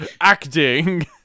Acting